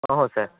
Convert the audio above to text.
ହଁ ହଁ ସାର୍